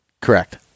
Correct